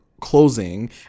closing